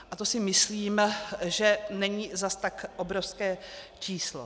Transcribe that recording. A to si myslím, že není zas tak obrovské číslo.